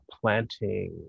planting